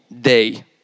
day